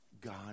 God